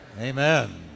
Amen